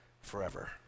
forever